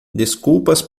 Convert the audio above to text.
desculpas